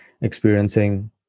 experiencing